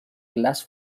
glace